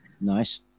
Nice